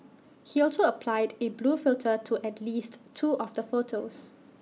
he also applied A blue filter to at least two of the photos